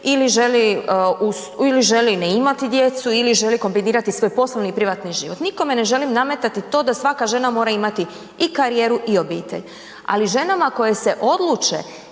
ili želi ne imati djecu ili želi kombinirati svoj poslovni i privatni život. Nikome ne želim nametati to da svaka žena mora imati i karijeru i obitelj, ali ženama koje se odluče